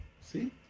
see